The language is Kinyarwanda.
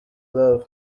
love